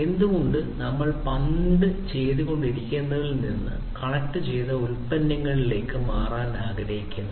എന്തുകൊണ്ടാണ് നമ്മൾ പണ്ട് ചെയ്തുകൊണ്ടിരുന്നതിൽ നിന്ന് കണക്റ്റുചെയ്ത ഉൽപ്പന്നങ്ങളിലേക്ക് മാറാൻ ആഗ്രഹിക്കുന്നത്